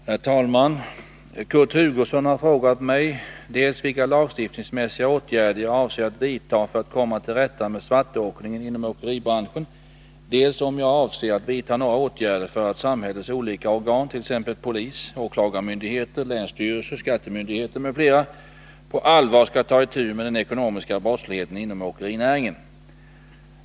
Herr talman! Kurt Hugosson har frågat mig dels vilka lagstiftningsmässiga åtgärder jag avser att vidta för att komma till rätta med svartåkningen inom åkeribranschen, dels om jag avser att vidta några åtgärder för att samhällets olika organ, t.ex. polis, åklagarmyndigheter, länsstyrelser, skattemyndigheter, på allvar skall ta itu med den ekonomiska brottsligheten inom åkerinäringen.